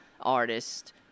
artist